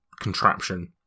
contraption